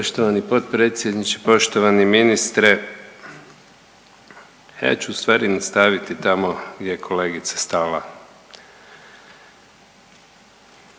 Poštovani potpredsjedniče, poštovani ministre. Ja ću ustvari nastaviti tamo gdje je kolegica stala.